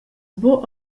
buca